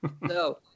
No